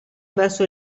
verso